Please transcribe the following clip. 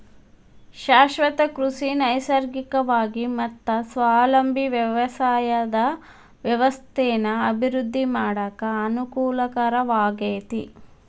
ಶಾಶ್ವತ ಕೃಷಿ ನೈಸರ್ಗಿಕವಾಗಿ ಮತ್ತ ಸ್ವಾವಲಂಬಿ ವ್ಯವಸಾಯದ ವ್ಯವಸ್ಥೆನ ಅಭಿವೃದ್ಧಿ ಮಾಡಾಕ ಅನಕೂಲಕರವಾಗೇತಿ